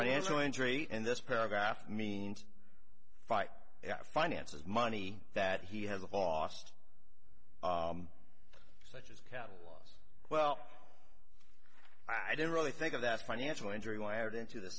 financial injury in this paragraph means fight yeah finances money that he has lost such as catalogs well i don't really think that financial injury wired into th